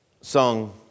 sung